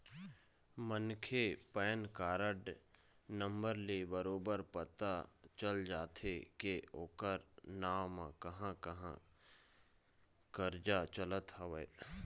मनखे के PAN card number ले बरोबर पता चल जाथे के ओखर नांव म कहाँ कहाँ करजा चलत हवय